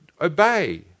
obey